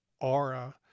aura